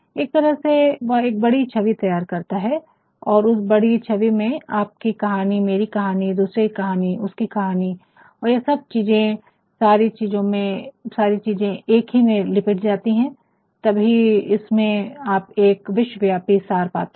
एक तरह से वह एक बड़ी छवि तैयार करता है और उस बड़ी छवि में आपकी कहानी मेरी कहानी दूसरे की कहानी उसकी कहानी और यह सब चीजें सारी चीजें एक ही में लिपट जाती हैं तभी इसमें आप एक विश्वव्यापी सार पाते हैं